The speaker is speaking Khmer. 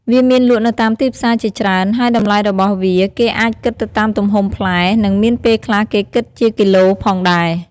វាមានលក់នៅតាមទីផ្សារជាច្រើន ហើយតម្លៃរបស់វាគេអាចគិតទៅតាមទំហំផ្លែ និងមានពេលខ្លះគេគិតជាគីឡូផងដែរ។